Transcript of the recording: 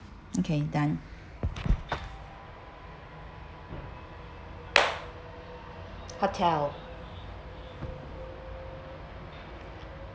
okay done hotel